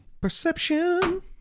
Perception